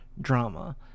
drama